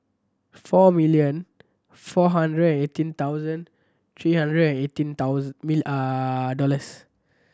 four million four hundred eighteen thousand three hundred and eighteen dollars